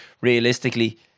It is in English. realistically